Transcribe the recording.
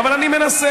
אבל אני מנסה.